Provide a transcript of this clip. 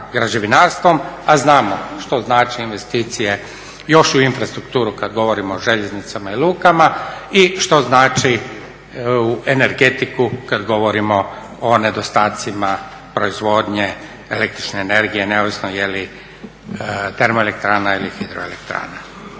građevinarstvo a znamo što znači investicije još u infrastrukturu kad govorimo o željeznicama i lukama, i što znači u energetiku kad govorimo o nedostacima proizvodnje električne energije neovisno je li termoelektrana ili hidroelektrana.